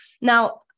Now